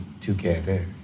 together